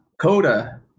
coda